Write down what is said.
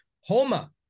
Homa